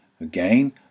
Again